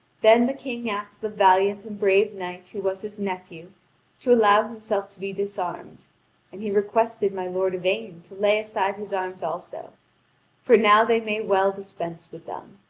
then the king asked the valiant and brave knight who was his nephew to allow himself to be disarmed and he requested my lord yvain to lay aside his arms also for now they may well dispense with them.